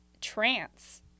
trance